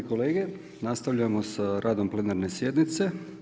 kolege, nastavljamo sa radom plenarne sjednice.